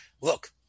look